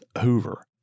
Hoover